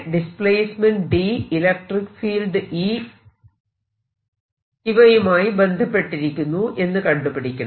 displacement D electric field E ഇവയുമായി ബന്ധപ്പെട്ടിരിക്കുന്നു എന്ന് കണ്ടുപിടിക്കണം